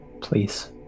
Please